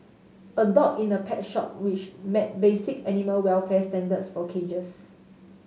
a dog in a pet shop which met basic animal welfare standards for cages